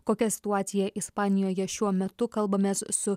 kokia situacija ispanijoje šiuo metu kalbamės su